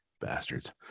bastards